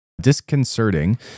disconcerting